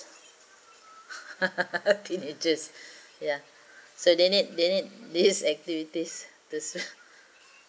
teenagers ya so they need they need these activities to spend